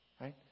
right